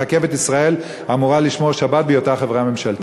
רכבת ישראל אמורה לשמור שבת בהיותה חברה ממשלתית.